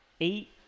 Eight